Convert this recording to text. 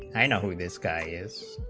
i know who this guy is